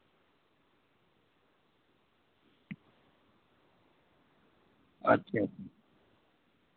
अच्छा